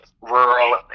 rural